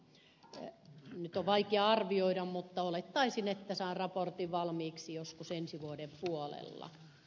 nyt on vaikea arvioida mutta olettaisin että saan raportin valmiiksi joskus ensi vuoden puolella